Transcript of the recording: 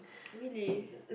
really